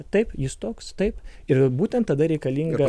taip jis toks taip ir būtent tada reikalinga